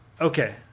Okay